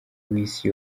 w’isi